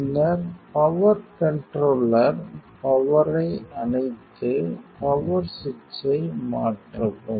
பின்னர் power controller பவரை அணைத்து பவர் சுவிட்சை மாற்றவும்